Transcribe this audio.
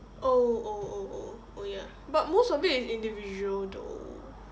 oh oh oh oh ya ya but most of it is individual though